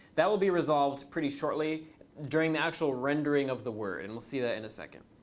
that will be resolved pretty shortly during the actual rendering of the word. and we'll see that in a second.